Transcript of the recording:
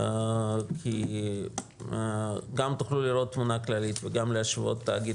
כי גם תוכלו לראות תמונה כללית וגם תוכלו להשוות תאגיד